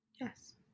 yes